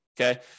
Okay